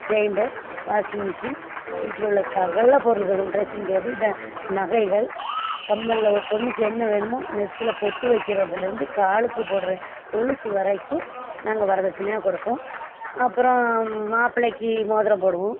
grinder washing machine வீட்டில் உள்ள சகல பொருள்களும் ட்ரெஸ்ஸிங் டேபிள் நகைகள் கம்மல்ல ஒரு பொண்ணுக்கு என்ன வேணுமோ நெத்தியில் பொட்டு வைக்கிறதுலேருந்து காலுக்கு போடுற கொலுசு வரைக்கும் நாங்கள் வரதட்சணையாக கொடுப்போம் அப்புறோம் மாப்பிள்ளைக்கு மோதிரம் போடுவோம்